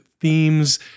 themes